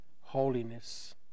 holiness